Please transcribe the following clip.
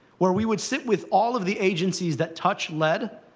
where we would sit with all of the agencies that touch lead,